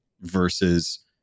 versus